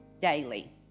daily